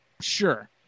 sure